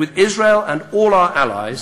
מנהיגים יהודים וראשי משק וכלכלה.